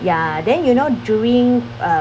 ya then you know during um